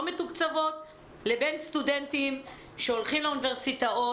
מתוקצבות לבין סטודנטים שהולכים לאוניברסיטאות,